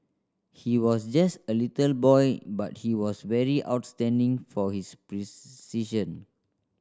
he was just a little boy but he was very outstanding for his